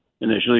initially